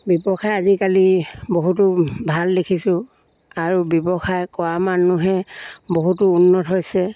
ব্যৱসায় আজিকালি বহুতো ভাল দেখিছোঁ আৰু ব্যৱসায় কৰা মানুহে বহুতো উন্নত হৈছে